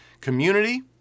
community